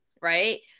right